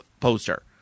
poster